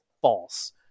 false